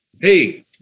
hey